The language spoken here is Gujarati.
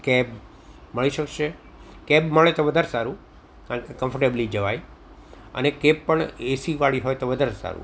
કેબ મળી શકશે કેબ મળે તો વધારે સારું કારણકે કમ્ફર્ટેબલી જવાય અને કેબ પણ એસી વાળી હોય તો વધારે સારું